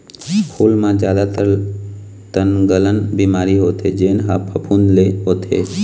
फूल म जादातर तनगलन बिमारी होथे जेन ह फफूंद ले होथे